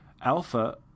Alpha